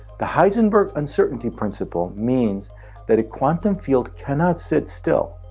the heisenberg uncertainty principle means that a quantum field cannot sit still.